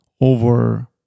over